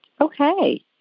Okay